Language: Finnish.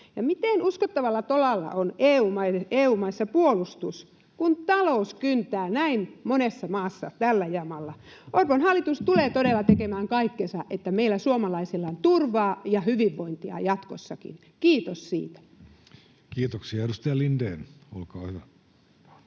Miten uskottavalla tolalla on EU-maissa puolustus, kun talous kyntää näin monessa maassa tällä jamalla? Orpon hallitus tulee todella tekemään kaikkensa, että meillä suomalaisilla on turvaa ja hyvinvointia jatkossakin — kiitos siitä. Kiitoksia. — Edustaja Lindén, olkaa hyvä.